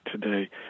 today